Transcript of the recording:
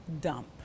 dump